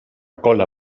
cola